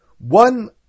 One